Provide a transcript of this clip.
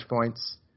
points